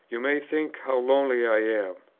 you may think how lonely i am.